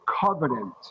covenant